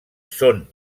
són